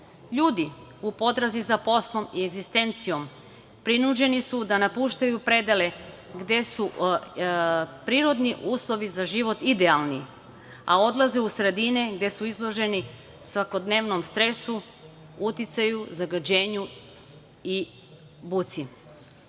Ljudi u potrazi za poslom i egzistencijom prinuđeni su da napuštaju predele gde su prirodni uslovi za život idealni, a odlaze u sredine gde su izloženi svakodnevnom stresu, uticaju, zagađenju i buci. Zato